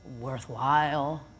worthwhile